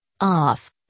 off